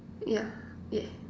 ya yeah